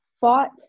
fought